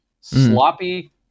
Sloppy